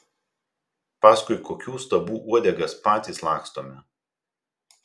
paskui kokių stabų uodegas patys lakstome